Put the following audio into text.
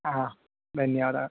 हा धन्यवादः